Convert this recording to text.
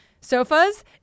sofas